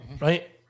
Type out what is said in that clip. Right